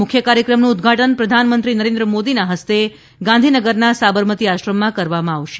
મુખ્ય કાર્યક્રમનું ઉદ્વાટન પ્રધાનમંત્રી નરેન્દ્ર મોદીના હસ્તે ગાંધીનગરના સાબરમતી આશ્રમમાં કરવામાં આવશે